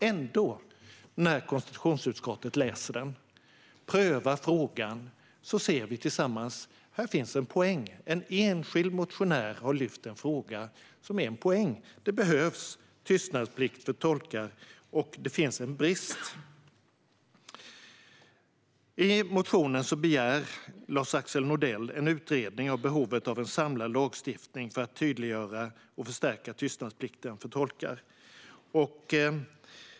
Ändå ser vi i konstitutionsutskottet, när vi tillsammans läser den och prövar frågan, att det finns en poäng i den fråga som en enskild motionär har lyft. Det behövs tystnadsplikt för tolkar, och det finns en brist. I motionen begär Lars-Axel Nordell en utredning av behovet av en samlad lagstiftning för att tydliggöra och förstärka tystnadsplikten för tolkar.